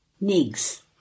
nigs